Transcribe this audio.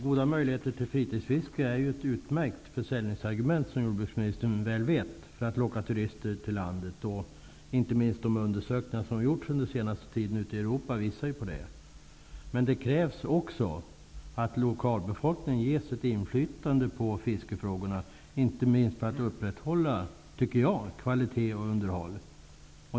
Goda möjligheter till fritidsfiske är ju ett utmärkt försäljningsargument, som jordbruksministern väl vet, för att locka turister till landet. De undersökningar som har gjorts under den senaste tiden ute i Europa visar på det. Men det krävs också att lokalbefolkningen ges ett inflytande över fiskefrågorna, inte minst för att upprätthålla kvalitet och underhåll.